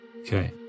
Okay